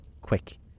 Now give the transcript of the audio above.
Quick